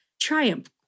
triumph